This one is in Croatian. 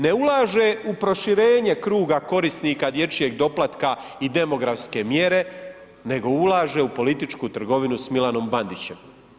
Ne ulaže u proširenje kruga korisnika dječjeg doplatka i demografske mjere nego ulaže u političku trgovinu s Milanom Bandićem.